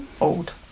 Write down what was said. Old